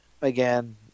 again